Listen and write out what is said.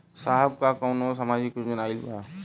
साहब का कौनो सामाजिक योजना आईल बा?